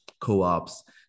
co-ops